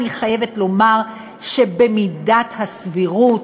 אני חייבת לומר שבמידת הסבירות,